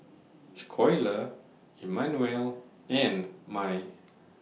Schuyler Immanuel and Mai